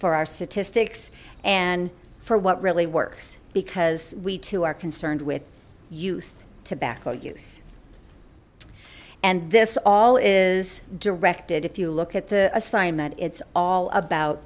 for our statistics and for what really works because we too are concerned with youth tobacco use and this all is directed if you look at the assignment it's all about